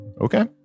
Okay